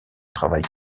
travail